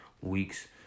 weeks